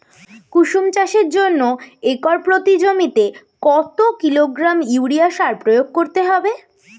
কুসুম চাষের জন্য একর প্রতি জমিতে কত কিলোগ্রাম ইউরিয়া সার প্রয়োগ করতে হবে?